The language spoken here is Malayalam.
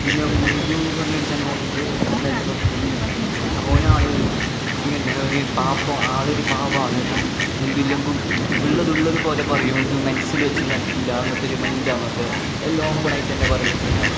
പിന്നെ മൊയ്ദൂ പറഞ്ഞ ഒരു ചങ്ങാതി ഉണ്ട് ഞാൻ നേരത്തെ പറഞ്ഞിട്ടിണ്ടായീന് ഓനാള് ഇങ്ങന്നെ ഈ പാപ്പൊ ആൾ ഒരു പാവമാണ് എന്തുല്ലെങ്കു ഉള്ളത് ഉള്ളതുപോലെ പറയും ഒന്തും മൻസ്സിൽ വച്ച് നടക്കില്ല അങ്ങനത്തെ ഒരു മൈൻഡാണ് അവൻ്റെ എല്ലാ ഓപ്പണായിട്ട് തന്നെ പറയും ഇങ്ങനെ